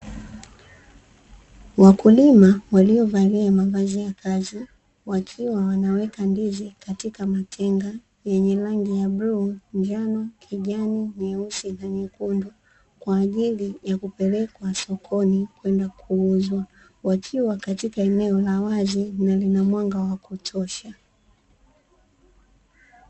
Wakulima waliovalia mavazi ya kazi wakiwa wanaweka ndizi katika matenga yenye rangi ya bluu, njano, kijani, nyeusi na nyekundu kwa ajili ya kupelekwa sokoni kwenda kuuzwa, wakiwa katika eneo la wazi na lina mwanga wakutosha.